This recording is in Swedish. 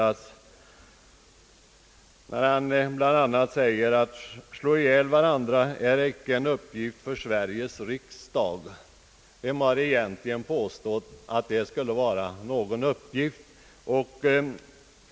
Han menade bland annat att det inte är en uppgift för ledamöterna i Sveriges riksdag att slå ihjäl varandra. Vem har egentligen påstått att detta skulle vara en uppgift för oss?